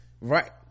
right